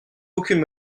aucune